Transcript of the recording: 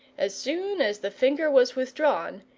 as soon as the finger was withdrawn,